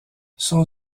son